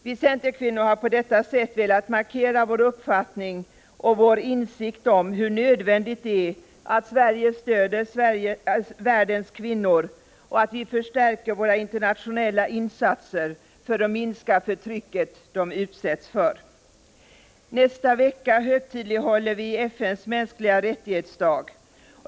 Vi centerkvinnor har på detta sätt velat markera vår uppfattning och vår insikt om hur nödvändigt det är att Sverige stödjer världens kvinnor och att vi stärker våra internationella insatser för att minska förtrycket de utsätts för. Nästa vecka högtidlighåller vi dagen för FN:s antagande av de mänskliga rättigheterna.